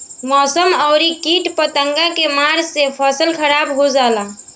मौसम अउरी किट पतंगा के मार से फसल खराब भी हो जाला